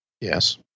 Yes